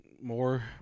more